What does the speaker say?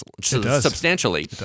substantially